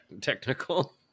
technical